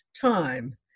time